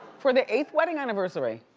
for their eighth wedding anniversary.